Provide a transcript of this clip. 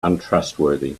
untrustworthy